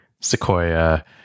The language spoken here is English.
Sequoia